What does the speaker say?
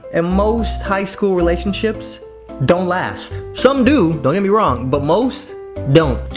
and most high school relationships don't last. some do don't get me wrong but most don't.